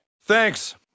Thanks